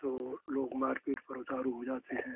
तो लोग मारपीट पर उतारू हो जाते हैं